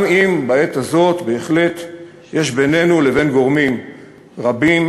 גם אם בעת הזאת בהחלט יש בינינו לבין גורמים רבים